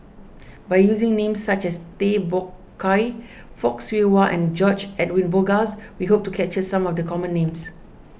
by using names such as Tay Bak Koi Fock Siew Wah and George Edwin Bogaars we hope to capture some of the common names